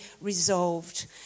resolved